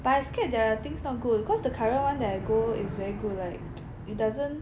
but I scared their things not good cause the current one that I go is very good like it doesn't